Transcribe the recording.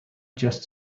just